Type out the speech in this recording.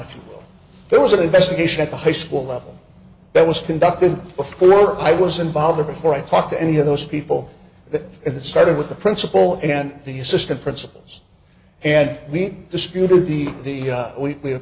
if there was an investigation at the high school level that was conducted before i was involved or before i talk to any of those people that it started with the principal and the assistant principals and the dispute or the the week we have